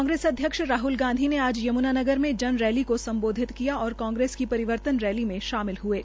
कांग्रेस अध्यक्ष राह्ल गांधी ने आज यमुनानगर में जन रैली को सम्बोधित किया और कांग्रेस की परिवर्तन रैली में शामिल हये